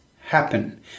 happen